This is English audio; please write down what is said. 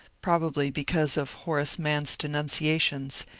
probably because of horace mann's denunciations,